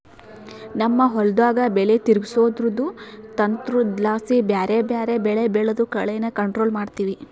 ನಮ್ ಹೊಲುದಾಗ ಬೆಲೆ ತಿರುಗ್ಸೋದ್ರುದು ತಂತ್ರುದ್ಲಾಸಿ ಬ್ಯಾರೆ ಬ್ಯಾರೆ ಬೆಳೆ ಬೆಳ್ದು ಕಳೇನ ಕಂಟ್ರೋಲ್ ಮಾಡ್ತಿವಿ